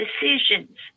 decisions